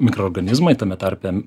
mikroorganizmai tame tarpe